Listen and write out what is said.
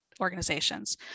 organizations